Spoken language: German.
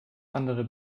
andere